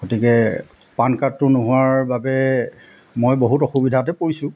গতিকে পান কাৰ্ডটো নোহোৱাৰ বাবে মই বহুত অসুবিধাতে পৰিছোঁ